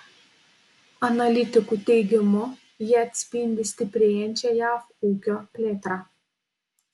analitikų teigimu jie atspindi stiprėjančią jav ūkio plėtrą